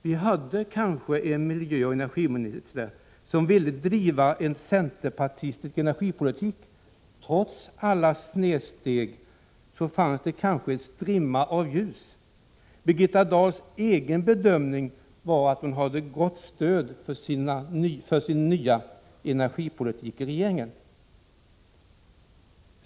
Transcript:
Vi hade kanske en miljöoch energiminister som ville driva en centerpartistisk energipolitik. Trots alla snedsteg fanns det kanske en strimma av ljus. Birgitta Dahls egen bedömning var att hon hade gott stöd för sin nya energipolitik i regeringen.